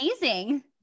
amazing